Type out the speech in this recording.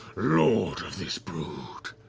lord of this brood,